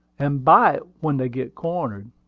and bite when dey git cornered.